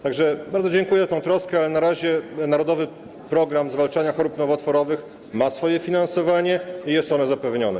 Tak że bardzo dziękuję za troskę, ale jak na razie „Narodowy program zwalczania chorób nowotworowych” ma swoje finansowanie i jest ono zapewnione.